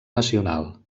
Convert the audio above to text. nacional